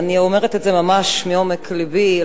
אני אומרת את זה ממש מעומק לבי,